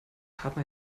haben